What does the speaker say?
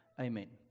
amen